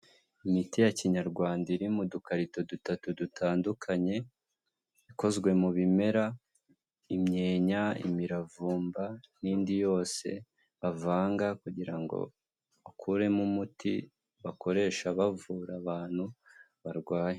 Imiti ya kinyarwanda iri mu dukarito dutatu dutandukanye, ikozwe mu bimera, imyenya, imiravumba, n'indi yose bavanga kugira ngo ba ukuremo umuti bakoresha bavura abantu, barwaye.